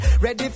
ready